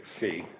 see